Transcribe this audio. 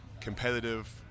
competitive